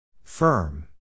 Firm